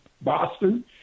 Boston